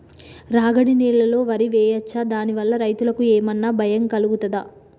రాగడి నేలలో వరి వేయచ్చా దాని వల్ల రైతులకు ఏమన్నా భయం కలుగుతదా?